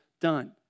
done